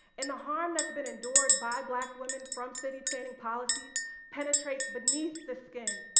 and the harm that's been endured by black women from city planning policies penetrates beneath the skin,